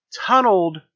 tunneled